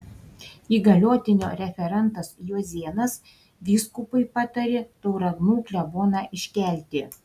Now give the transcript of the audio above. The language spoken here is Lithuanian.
įgaliotinio referentas juozėnas vyskupui patarė tauragnų kleboną iškelti